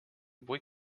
bruit